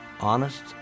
honest